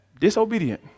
Disobedient